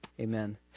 amen